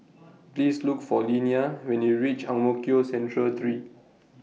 Please Look For Linnea when YOU REACH Ang Mo Kio Central three